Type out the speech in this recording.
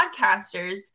podcasters